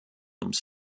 ums